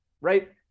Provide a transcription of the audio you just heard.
right